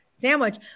sandwich